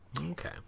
Okay